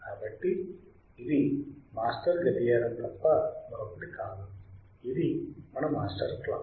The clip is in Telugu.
కాబట్టి ఇది మాస్టర్ గడియారం తప్ప మరొకటి కాదు ఇది మన మాస్టర్ క్లాక్